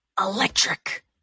electric